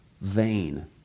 vain